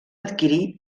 adquirir